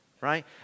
Right